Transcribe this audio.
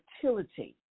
fertility